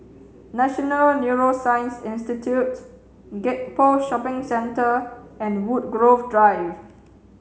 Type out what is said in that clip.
National Neuroscience Institute Gek Poh Shopping Centre and Woodgrove Drive